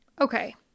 okay